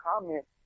comment